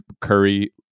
Curry